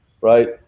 right